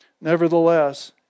Nevertheless